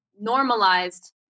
normalized